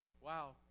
Wow